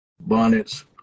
bonnets